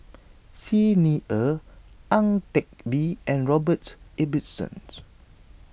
Xi Ni Er Ang Teck Bee and Robert Ibbetson